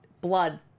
blood